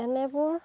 এনেবোৰ